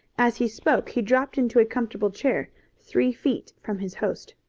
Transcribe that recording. as he spoke he dropped into a comfortable chair three feet from his host.